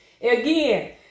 again